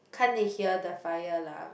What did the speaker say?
can't they hear the fire alarm